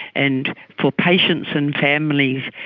and for patients and families,